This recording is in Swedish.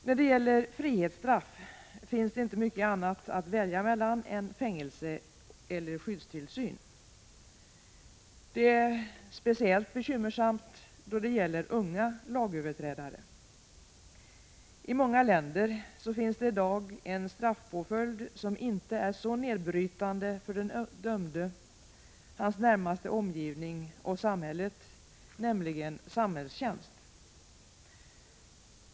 När det gäller frihetsstraff finns det inte mycket annat att välja mellan än fängelse eller skyddstillsyn. Detta är speciellt bekymmersamt då det gäller unga lagöverträdare. I många länder finns i dag en straffpåföljd som inte är så nedbrytande för den dömde, hans närmaste omgivning och samhället, nämligen samhällstjänst.